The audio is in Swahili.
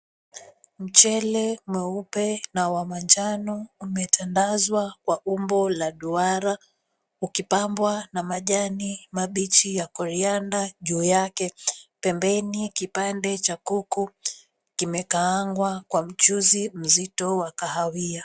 Mchele mweupe na wa manjano umetandazwa kwa umbo la duara ukibambwa na majani mabichi ya coriander juu yake. Pembeni kipande cha kuku kimekaangwa kwa mchuzi mzito wa kahawia.